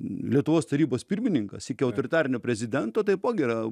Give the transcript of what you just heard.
lietuvos tarybos pirmininkas iki autoritarinio prezidento taipogi yra